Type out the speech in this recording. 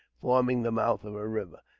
forming the mouth of a river.